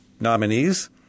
nominees